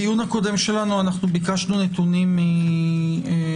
בדיון הקודם ביקשנו נתונים ממשרד